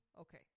okay